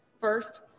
First